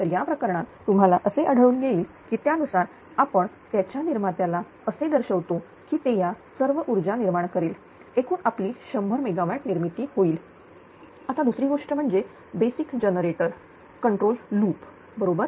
तरी या प्रकरणात तुम्हाला असे आढळून येईल की त्यानुसार आपण त्याच्या निर्मात्याला असे दर्शवतो की ते या सर्व ऊर्जा निर्माण करेल एकूण आपली 100 मेगावॅट निर्मिती होईल आता दुसरी गोष्ट म्हणजे बेसिक जनरेटर कंट्रोल लूप बरोबर